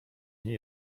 nie